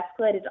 escalated